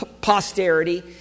posterity